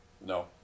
No